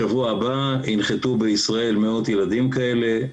בשבוע הבא ינחתו בישראל מאות ילדים כאלה,